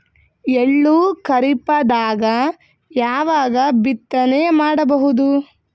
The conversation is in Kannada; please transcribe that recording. ಎಳ್ಳು ಖರೀಪದಾಗ ಯಾವಗ ಬಿತ್ತನೆ ಮಾಡಬಹುದು?